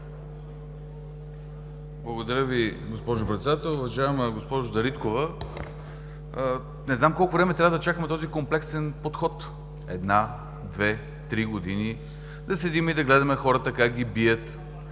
Благодаря Ви, госпожо Председател. Уважаема госпожо Дариткова, не знам колко време трябва да чакаме този комплексен подход? Една, две, три години? Да седим и да гледаме хората как ги бият?